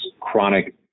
chronic